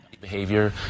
...behavior